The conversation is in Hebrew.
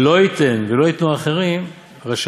לא ייתן ולא ייתנו אחרים, רשע.